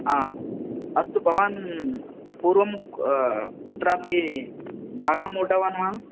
आ अस्तु भवान् पूर्वं कुत्रापि भागम् ऊढवान् वा